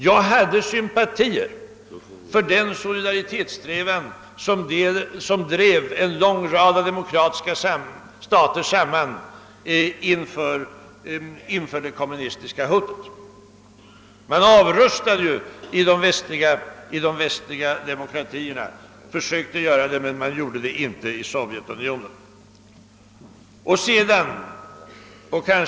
Jag hade sympatier för den solidaritetssträvan som drev en lång rad av demokratiska stater samman inför det kommunistiska hotet. Man försökte ju avrusta i de västliga demokratierna, men Sovjetunionen gjorde inte några motsvarande försök. Jag har sedan lång tid anslutit mig till den svenska alliansfria linjen.